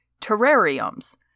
terrariums